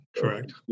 Correct